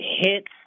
hits